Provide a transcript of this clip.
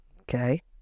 Okay